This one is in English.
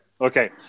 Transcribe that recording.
okay